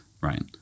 Right